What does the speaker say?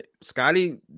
Scotty